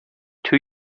two